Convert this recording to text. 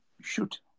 Shoot